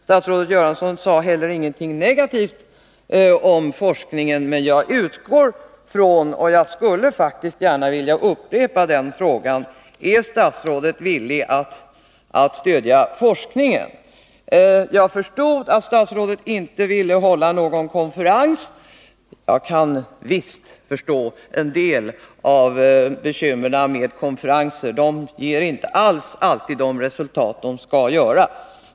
Statsrådet Göransson sade visserligen inte heller någonting negativt om forskningen, men jag vill faktiskt gärna upprepa frågan: Är statsrådet villig att stödja forskningen? Jag förstod att statsrådet inte ville hålla någon konferens. Jag kan visst inse en del av bekymren med konferenser. De ger inte alltid de resultat som de skall göra.